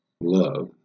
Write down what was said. Love